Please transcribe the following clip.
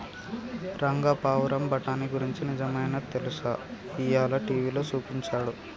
రంగా పావురం బఠానీ గురించి నిజమైనా తెలుసా, ఇయ్యాల టీవీలో సూపించాడు